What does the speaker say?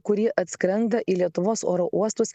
kurie atskrenda į lietuvos oro uostus